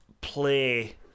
play